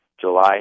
July